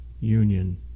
union